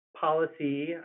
policy